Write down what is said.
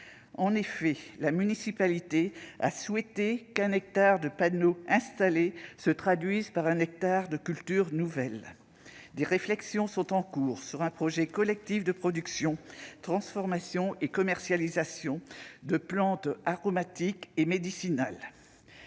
En effet, la municipalité a souhaité qu'un hectare de panneaux installés se traduise par un hectare de « cultures nouvelles ». Des réflexions sont ainsi en cours à propos d'un projet collectif de production, de transformation et de commercialisation de plantes aromatiques et médicinales.